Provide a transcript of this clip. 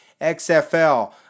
XFL